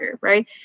right